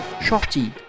Shorty